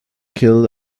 kill